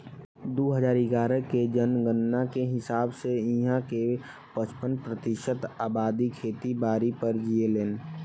दू हजार इग्यारह के जनगणना के हिसाब से इहां के पचपन प्रतिशत अबादी खेती बारी पर जीऐलेन